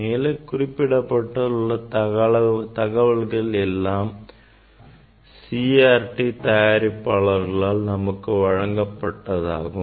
மேலே குறிப்பிடப்பட்டுள்ள தகவல்கள் எல்லாம் CRT தயாரிப்பாளர்களால் நமக்கு வழங்கப்பட்டதாகும்